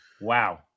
Wow